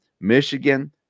Michigan